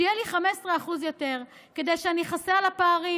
שיהיו לי 15% יותר כדי שאני אכסה על הפערים.